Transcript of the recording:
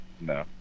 no